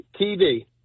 TV